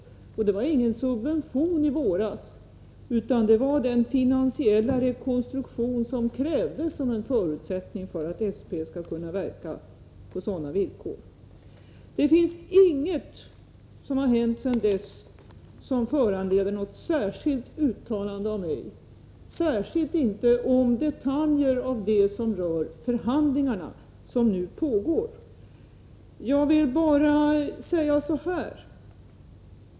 Det som skedde i våras var ingen subventionering, utan det var den finansiella rekonstruktion som krävdes för att SP skall kunna verka på normala, företagsmässiga grunder. Sedan dess har ingenting hänt som föranleder något särskilt uttalande av mig, särskilt inte om detaljer i det som de nu pågående förhandlingarna rör.